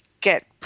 get